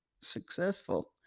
successful